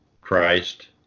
Christ